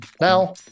Now